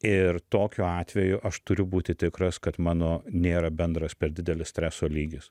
ir tokiu atveju aš turiu būti tikras kad mano nėra bendras per didelis streso lygis